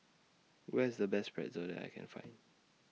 Where IS The Best Pretzel that I Can Find